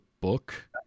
book